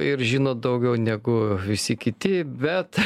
ir žino daugiau negu visi kiti bet